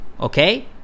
okay